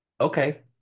Okay